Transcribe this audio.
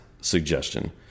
suggestion